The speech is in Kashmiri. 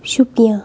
شُپیا